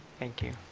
thank you.